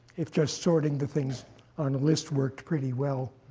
if just sorting the things on a list worked pretty well,